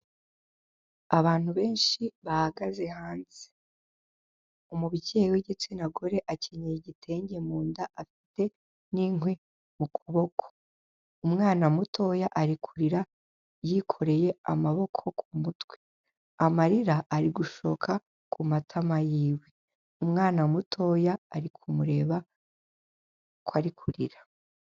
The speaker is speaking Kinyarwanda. Abantu benshi bahagaze hanze umubyeyi w'igitsina gore akenyeye igitenge mu nda afite n'inkwi mu kuboko, umwana mutoya ari kurira yikoreye amaboko ku mutwe amarira ari gushoka ku matama yiwe, umwana mutoya ari kumureba uko ari kurira.